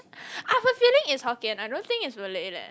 I've a feeling it's Hokkien I don't think its Malay leh